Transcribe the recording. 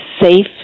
safe